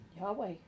Yahweh